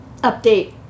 update